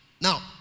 Now